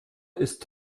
ist